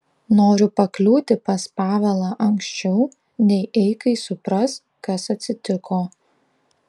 noriu pakliūti pas pavelą anksčiau nei eikai supras kas atsitiko